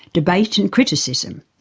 debate and criticism.